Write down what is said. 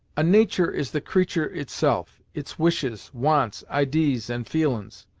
a natur' is the creatur' itself its wishes, wants, idees and feelin's,